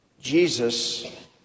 Jesus